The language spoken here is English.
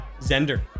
Zender